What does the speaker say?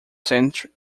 centre